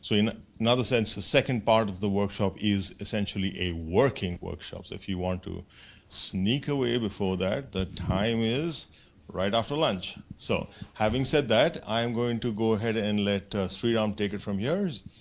so in another sense, the second part of the workshop is essentially a working workshop. so, if you want to sneak away before that, the time is right after lunch. so, having said that, i'm going to go ahead and let sriram take it from here,